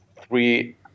three